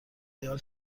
خیال